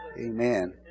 Amen